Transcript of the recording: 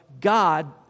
God